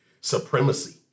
supremacy